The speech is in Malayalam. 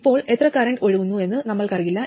ഇപ്പോൾ എത്ര കറന്റ് ഒഴുകുന്നുവെന്നും നമ്മൾക്കറിയില്ല